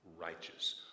righteous